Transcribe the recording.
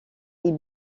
est